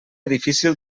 difícil